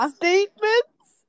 statements